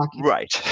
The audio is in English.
right